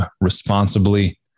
responsibly